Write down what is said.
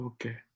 Okay